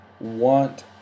want